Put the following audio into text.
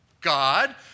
God